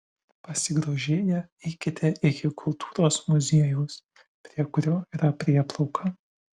pasigrožėję eikite iki kultūros muziejaus prie kurio yra prieplauka